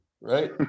right